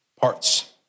parts